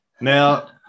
Now